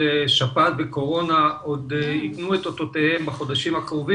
שהשפעת והקורונה בחודשים הקרובים יתנו את אותותיהן בחודשים.